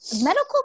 Medical